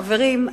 חברים,